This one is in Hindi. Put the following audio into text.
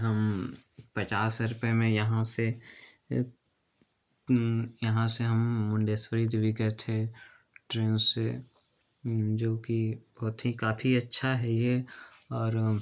हम पचास रुपये में यहाँ से यहाँ से हम मुंडेंसरी देवी गए थे ट्रेन से जो कि बहुत ही काफ़ी अच्छा है ये और